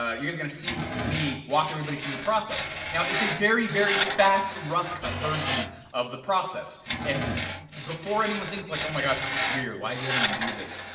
ah you guys are gonna see me walk everybody through the process. now, it's a very very fast rough rough cut version of the process and before anyone thinks, like oh my gosh, this is weird, why is he having them do this?